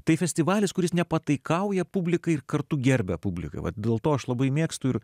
tai festivalis kuris nepataikauja publikai ir kartu gerbia publiką vat dėl to aš labai mėgstu ir